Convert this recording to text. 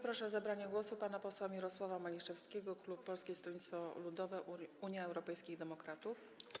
Proszę o zabranie głosu pana posła Mirosława Maliszewskiego, klub Polskiego Stronnictwa Ludowego - Unii Europejskich Demokratów.